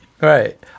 Right